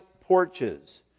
porches